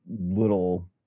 little